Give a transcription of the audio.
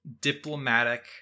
diplomatic